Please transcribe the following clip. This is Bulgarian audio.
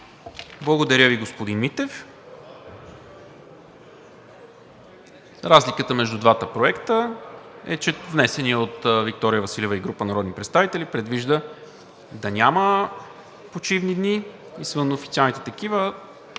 Благодаря Ви, господин Митев. Разликата между двата проекта е, че внесеният от Виктория Василева и група народни представители предвижда да няма почивни дни извън официалните такива,